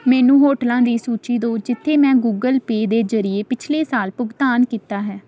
ਮੈਨੂੰ ਹੋਟਲਾਂ ਦੀ ਸੂਚੀ ਦਿਉ ਜਿਥੇ ਮੈਂ ਗੁਗਲ ਪੇ ਦੇ ਜ਼ਰੀਏ ਪਿਛਲੇ ਸਾਲ ਭੁਗਤਾਨ ਕੀਤਾ ਹੈ